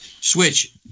Switch